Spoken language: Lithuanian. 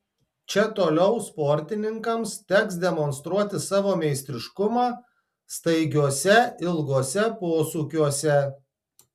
čia toliau sportininkams teks demonstruoti savo meistriškumą staigiuose ilguose posūkiuose